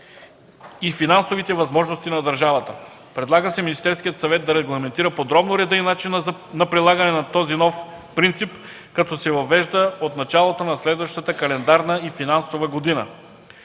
и финансовите възможности на държавата. Предлага се Министерският съвет да регламентира подробно реда и начина на прилагане на този нов принцип, като се въвежда от началото на следващата календарна и финансова година.